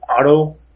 auto